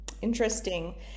Interesting